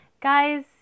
guys